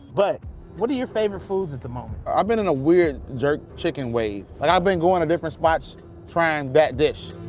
but what are your favorite foods at the moment? i've been in a weird jerk chicken wave. like i've been going to different spots trying that dish.